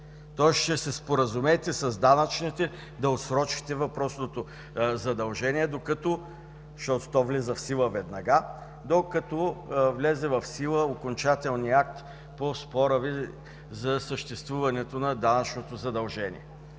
Тоест ще се споразумеете с данъчните да отсрочите въпросното задължение, защото то влиза в сила веднага, докато влезе в сила окончателният акт по спора Ви за съществуването на данъчното задължение.